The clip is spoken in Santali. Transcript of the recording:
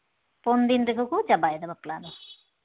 ᱯᱩᱱ ᱫᱤᱱ ᱛᱮᱜᱮ ᱠᱚ ᱪᱟᱵᱟᱭᱮᱫᱟ ᱵᱟᱯᱞᱟ ᱫᱚ